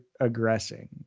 aggressing